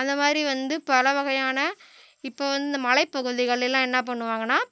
அந்த மாதிரி வந்து பலவகையான இப்போ வந்து இந்த மலைப்பகுதிகளெல்லாம் என்ன பண்ணுவாங்கன்னால்